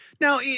Now